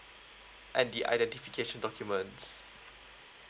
and the identification documents